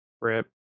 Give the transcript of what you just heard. Rip